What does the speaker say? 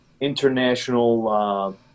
international